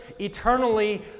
eternally